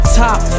top